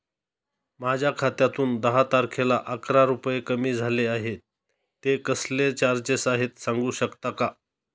माझ्या खात्यातून दहा तारखेला अकरा रुपये कमी झाले आहेत ते कसले चार्जेस आहेत सांगू शकता का?